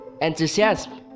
Enthusiasm